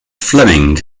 fleming